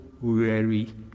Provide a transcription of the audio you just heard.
weary